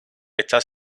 está